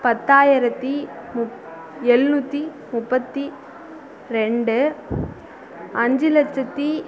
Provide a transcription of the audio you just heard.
பத்தாயிரத்தி முப் எழுநூற்றி முப்பத்தி ரெண்டு அஞ்சு லட்சத்தி